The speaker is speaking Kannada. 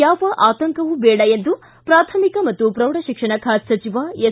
ಯಾವ ಅತಂಕವೂ ಬೇಡ ಎಂದು ಪ್ರಾಥಮಿಕ ಮತ್ತು ಪ್ರೌಢ ಶಿಕ್ಷಣ ಖಾತೆ ಸಚಿವ ಎಸ್